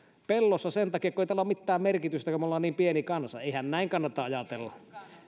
pellossa sen takia että ei tällä ole mitään merkitystä kun me olemme niin pieni kansa eihän näin kannata ajatella